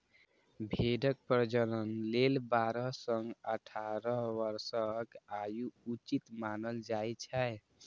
भेड़क प्रजनन लेल बारह सं अठारह वर्षक आयु उचित मानल जाइ छै